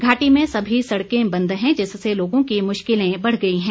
घाटी में सभी सड़कें बंद है जिससे लोगों की मुश्किलें बढ़ गई है